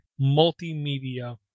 multimedia